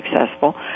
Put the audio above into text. successful